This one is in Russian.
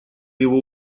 его